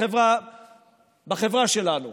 בחברה שלנו,